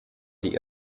die